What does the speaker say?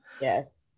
Yes